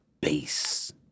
base